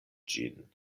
ĝin